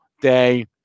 day